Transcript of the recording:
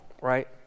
right